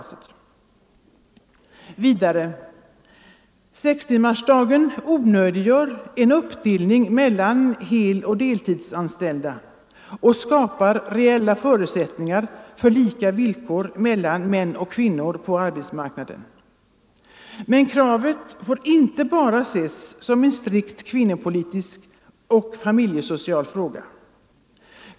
Sextimmarsdagen onödiggör vidare en uppdelning mellan heloch deltidsanställda och skapar reella förutsättningar för lika villkor mellan män och kvinnor på arbetsmarknaden. Men kravet får inte bara ses som en strikt kvinnopolitisk och familjesocial fråga.